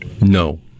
No